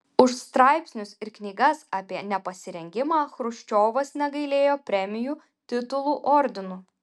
už straipsnius ir knygas apie nepasirengimą chruščiovas negailėjo premijų titulų ordinų